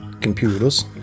Computers